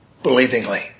Believingly